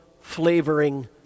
flavoring